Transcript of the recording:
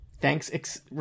Thanks